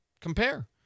compare